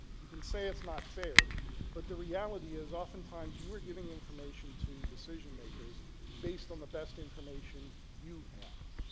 you can say it's not fair but the reality is oftentimes you were given information to decision makers based on the best information you have.